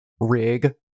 rig